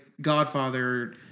Godfather